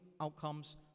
outcomes